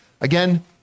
Again